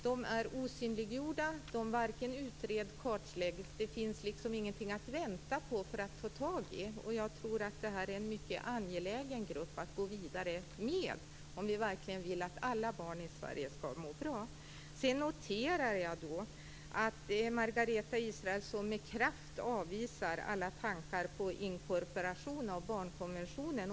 De är osynliggjorda. De varken utreds eller kartläggs, och det finns inget att vänta på för att man skall kunna ta tag i detta. Jag tror att detta är en mycket angelägen grupp att gå vidare med, om vi verkligen vill att alla barn i Sverige skall må bra. Sedan noterade jag att Margareta Israelsson med kraft avvisar alla tankar på inkorporation av barnkonventionen.